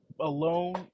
alone